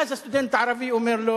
ואז הסטודנט הערבי אומר לו: